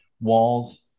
walls